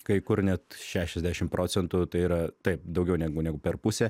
kai kur net šešiasdešim procentų tai yra taip daugiau negu negu per pusę